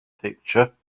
picture